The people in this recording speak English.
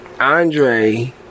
Andre